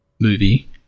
movie